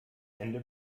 ende